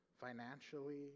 financially